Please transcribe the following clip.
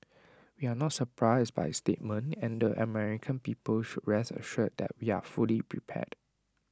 we are not surprised by statement and the American people should rest assured that we are fully prepared